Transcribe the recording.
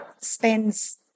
spends